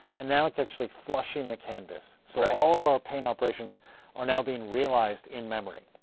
and now it's actually flushing the canvas. so all of our paint operations are now being realized in memory.